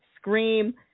Scream